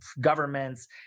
governments